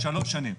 חמש שנים.